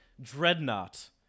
Dreadnought